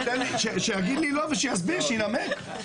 שיגיד לי לא ושיסביר, שינמק.